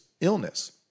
illness